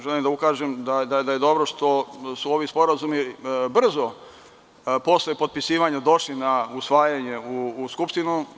Želim da ukažem i da je dobro što su ovi sporazumi brzo posle potpisivanja došli na usvajanje u Skupštinu.